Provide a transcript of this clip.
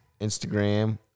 Instagram